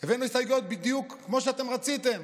בדיוק כמו שאתם רציתם.